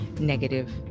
negative